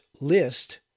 list